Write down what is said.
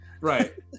right